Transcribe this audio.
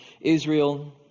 Israel